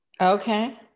Okay